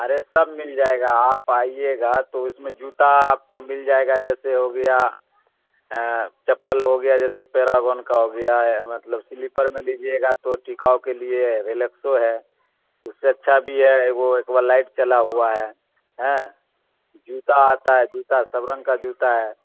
ارے سب مل جائے گا آپ آئیے گا تو اس میں جوتا آپ کو مل جائے گا جیسے ہو گیا چپل ہو گیا جیسے پیراگون کا ہو گیا مطلب سلیپر میں لیجیے گا تو ٹکاؤ کے لیے ریلیکسو ہے اس سے اچھا بھی ہے وہ ایک بار لائٹ چلا ہوا ہے ہ جوتا آتا ہے جوتا سب رنگ کا جوتا ہے